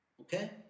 Okay